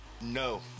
No